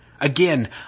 Again